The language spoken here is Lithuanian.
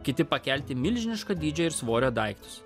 kiti pakelti milžiniško dydžio ir svorio daiktus